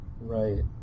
Right